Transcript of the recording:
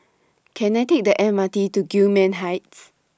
Can I Take The M R T to Gillman Heights